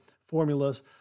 formulas